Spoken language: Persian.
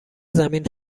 زمین